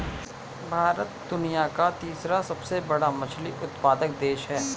भारत दुनिया का तीसरा सबसे बड़ा मछली उत्पादक देश है